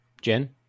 Jen